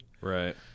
Right